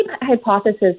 hypothesis